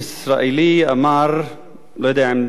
ואני לא יודע אם זה מנחם בגין או יצחק שמיר,